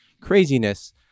craziness